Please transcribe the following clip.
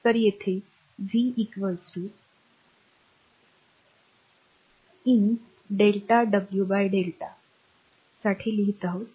तर येथे v v in delta w by delta साठी लिहित आहोत